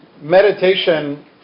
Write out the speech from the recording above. meditation